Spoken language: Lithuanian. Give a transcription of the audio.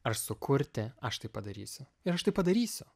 ar sukurti aš tai padarysiu ir aš tai padarysiu